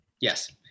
Yes